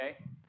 Okay